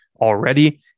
already